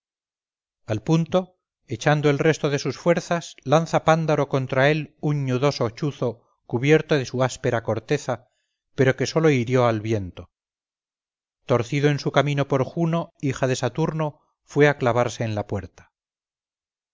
al punto echando el resto de sus fuerzas lanza pándaro contra él un ñudoso chuzo cubierto de su áspera corteza pero que sólo hirió al viento torcido en su camino por juno hija de saturno fue a clavarse en la puerta